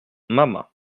mama